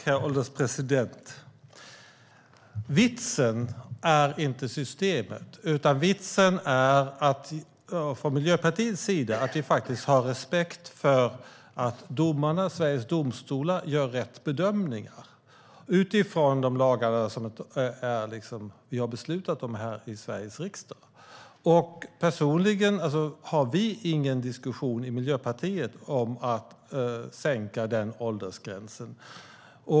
Herr ålderspresident! Vitsen är inte systemet, utan vitsen är att vi från Miljöpartiet har respekt för att Sveriges domstolar gör rätt bedömning utifrån de lagar som vi har beslutat om här i Sveriges riksdag. Vi för ingen diskussion i Miljöpartiet om att sänka den åldersgränsen.